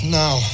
now